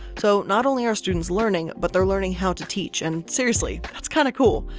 so not only are students learning but they're learning how to teach and seriously, that's kinda cool.